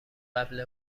قبل